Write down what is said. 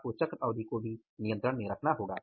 आपको चक्र अवधि को भी नियंत्रण में रखना होगा